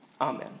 Amen